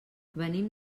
venim